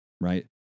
right